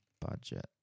budget